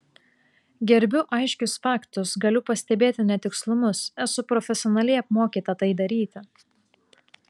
gerbiu aiškius faktus galiu pastebėti netikslumus esu profesionaliai apmokyta tai daryti